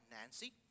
Nancy